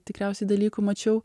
tikriausiai dalykų mačiau